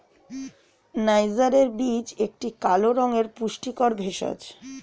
নাইজারের বীজ একটি কালো রঙের পুষ্টিকর ভেষজ